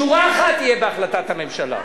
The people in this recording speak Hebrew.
שורה אחת תהיה בהחלטת הממשלה.